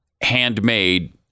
handmade